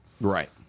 Right